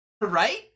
Right